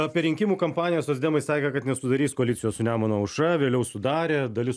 apie rinkimų kampaniją socdemai sakė kad nesudarys koalicijos su nemuno aušra vėliau sudarė dalis